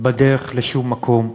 בדרך לשום מקום.